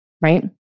right